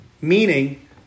meaning